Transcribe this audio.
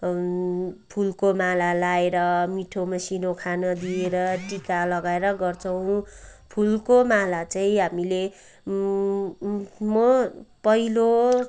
फुलको माला लाएर मिठो मसिनो खाना दिएर टिका लगाएर गर्छौँ फुलको माला चाहिँ हामीले म पहिलो